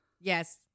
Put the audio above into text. yes